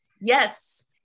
yes